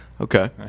Okay